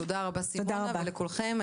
תודה רבה, סימונה, ולכולכם.